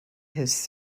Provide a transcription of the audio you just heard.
his